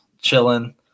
chilling